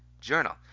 Journal